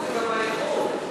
זה לא רק הכמות, זה גם איכות.